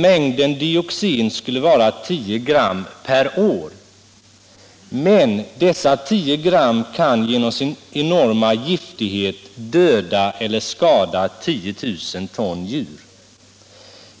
Mängden dioxin skulle vara 10 gram per år. Men dessa 10 gram kan genom sin enorma giftighet döda eller skada 10 000-tals djur. Miljövårdspoliti Miljövårdspoliti